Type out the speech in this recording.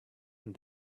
and